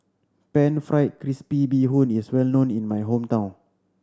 Pan Fried Crispy Bee Hoon is well known in my hometown